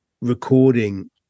recording